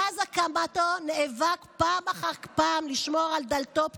שמאז הקמתו נאבק פעם אחר פעם לשמור על דלתו פתוחה.